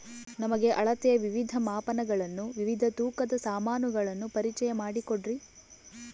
ನಮಗೆ ಅಳತೆಯ ವಿವಿಧ ಮಾಪನಗಳನ್ನು ವಿವಿಧ ತೂಕದ ಸಾಮಾನುಗಳನ್ನು ಪರಿಚಯ ಮಾಡಿಕೊಡ್ರಿ?